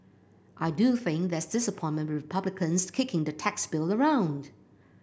I do think there's disappointment with Republicans kicking the tax bill around